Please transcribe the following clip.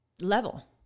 level